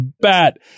bat